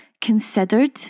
considered